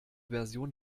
version